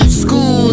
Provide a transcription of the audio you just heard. school